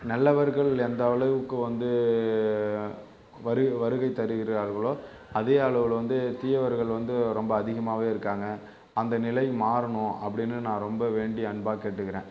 நல்லவர்கள் எந்த அளவுக்கு வந்து வருகை வருகை தருகிறார்களோ அதே அளவில் வந்து தீயவர்கள் வந்து ரொம்ப அதிகமாகவே இருக்காங்க அந்த நிலை மாறணும் அப்படின்னு நான் ரொம்ப வேண்டி அன்பாக கேட்டுக்கிறேன்